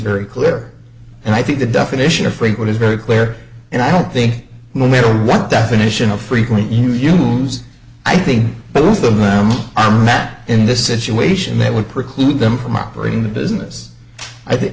very clear and i think the definition of what is very clear and i don't think no matter what definition of frequent you use i think both the rams are mat in this situation that would preclude them from operating the business i think